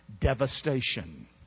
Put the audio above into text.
devastation